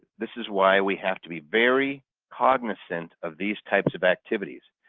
this is why we have to be very cognizant of these types of activities.